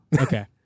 Okay